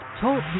Talk